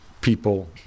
people